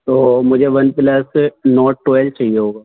تو مجھے one plus note twelve چاہیے ہوگا